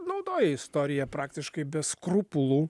naudoja istoriją praktiškai be skrupulų